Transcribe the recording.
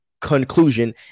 Conclusion